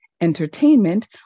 entertainment